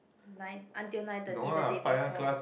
night until nine thirty the day before